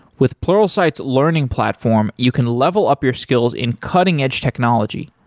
with pluralsight's learning platform, you can level up your skills in cutting edge technology,